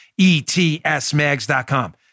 ETSMAGS.com